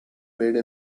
made